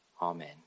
Amen